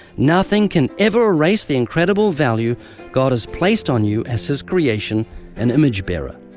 nothing can ever erase the incredible value god has placed on you as his creation and image-bearer.